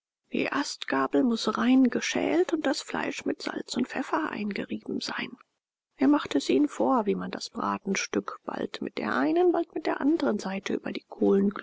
die astgabel muß rein geschält und das fleisch mit salz und pfeffer eingerieben sein er machte es ihnen vor wie man das bratenstück bald mit der einen bald mit der anderen seite über die kohlenglut